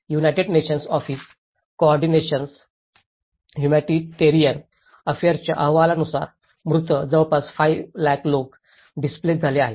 United Nations office coordination हुमनीतरीण अफेअर्सच्या अहवालानुसार मृत जवळपास 5 लाख लोक डिस्प्लेसिड झाले आहेत